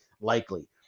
likely